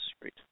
great